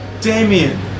Damien